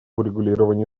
урегулировании